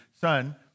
son